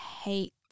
hate